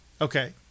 Okay